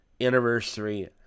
Anniversary